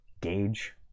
gauge